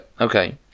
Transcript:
okay